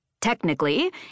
Technically